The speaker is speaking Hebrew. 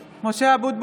(קוראת בשמות חברי הכנסת) משה אבוטבול,